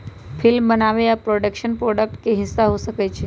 film बनाबे आ production project के हिस्सा हो सकइ छइ